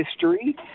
history